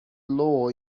law